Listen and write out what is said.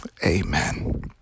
Amen